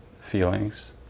feelings